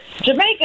Jamaica